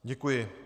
Děkuji.